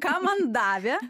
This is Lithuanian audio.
ką man davė